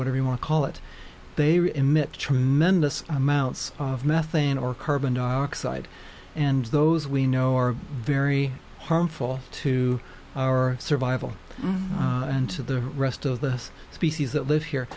whatever you want to call it they will emit tremendous amounts of methane or carbon dioxide and those we know are very harmful to our survival and to the rest of this species that live here